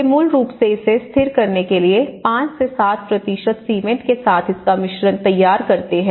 वे मूल रूप से इसे स्थिर करने के लिए 5 से 7 सीमेंट के साथ इसका मिश्रण तैयार करते हैं